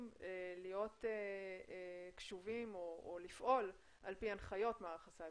להיות קשובים או לפעול על פי הנחיות מערך הסייבר,